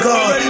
God